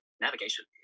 navigation